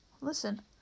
Listen